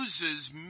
uses